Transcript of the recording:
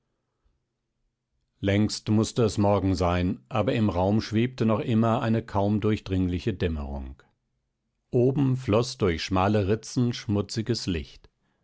längst mußte es morgen sein aber im raum schwebte noch immer eine kaum durchdringliche dämmerung oben floß durch schmale ritzen schmutziges licht